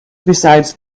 besides